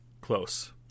Close